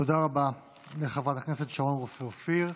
תודה רבה לחברת הכנסת שרון רופא אופיר.